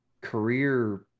career